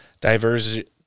diversity